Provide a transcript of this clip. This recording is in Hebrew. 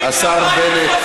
השר בנט,